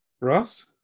Ross